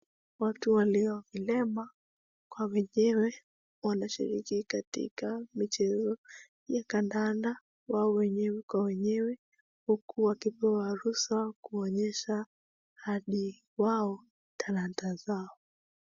Watu walio vilema, kwa wenyewe wanashiriki katika michezo ya kandanda wao wenyewe kwa wenyewe huku wakipewa ruhusa kuonyesha hadi wao talanta zao.